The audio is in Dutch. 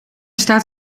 staat